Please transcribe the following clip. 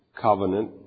covenant